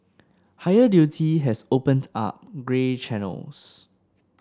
higher duty has opened up grey channels